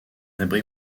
abri